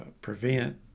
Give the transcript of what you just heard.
prevent